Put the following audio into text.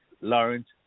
Lawrence